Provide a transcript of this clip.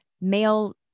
male